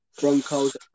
Broncos